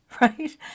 right